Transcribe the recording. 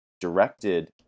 Directed